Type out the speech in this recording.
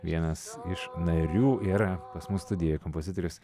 vienas iš narių yra pas mus studijoj kompozitorius